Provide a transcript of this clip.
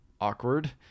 awkward